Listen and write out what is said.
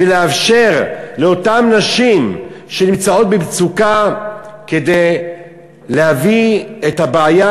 ולאפשר לאותן נשים שנמצאות במצוקה להביא את הבעיה,